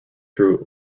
through